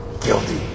guilty